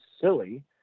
silly